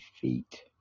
feet